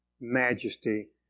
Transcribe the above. majesty